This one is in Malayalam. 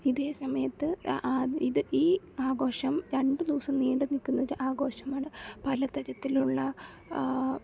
ഇതേ സമയത്ത് അ ആ ഇത് ഈ ആഘോഷം രണ്ടു ദിവസം നീണ്ടുനില്ക്കുന്നൊരു ആഘോഷമാണ് പലതരത്തിലുള്ള